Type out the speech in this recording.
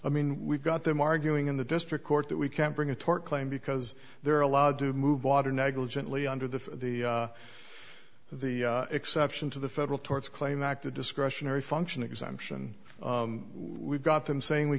i mean we've got them arguing in the district court that we can't bring a tort claim because they're allowed to move water negligently under the the the exception to the federal torts claim act a discretionary function exemption we've got them saying we